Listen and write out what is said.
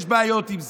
יש בעיות עם זה.